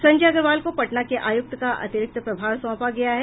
संजय अग्रवाल को पटना के आयुक्त का अतिरिक्त प्रभाव सौंपा गया है